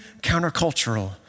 countercultural